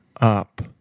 up